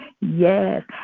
yes